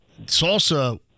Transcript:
salsa